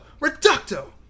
Reducto